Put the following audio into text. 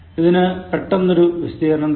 ഇതിന് പെട്ടന്ന് ഒരു വിശദീകരണം തരാം